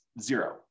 zero